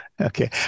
Okay